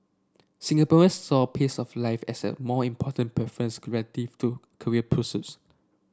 Singaporeans saw pace of life as a more important preference creative to career pursuits